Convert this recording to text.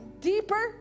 deeper